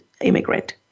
immigrant